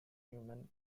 human